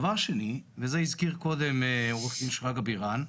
דבר שני, וזה הזכיר קודם עו"ד שרגא בירן.